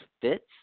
fits